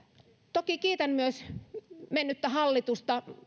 toki myös kiitän mennyttä hallitusta